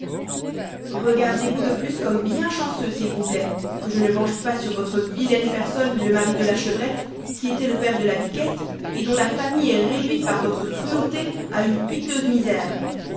regardez-vous de plus comme bien chanceux s'il vous plaît que je ne venge pas sur votre vilaine personne le mari de la chevrette qui était le père de la biquette et dont la famille est réduite par votre cruauté à une piteuse misère